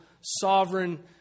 sovereign